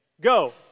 go